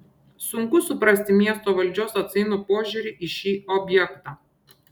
sunku suprasti miesto valdžios atsainų požiūrį į šį objektą